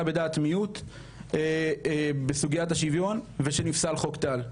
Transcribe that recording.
בעמדת מיעוט בסוגיות השוויון ושנפסל חוק טל.